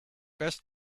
best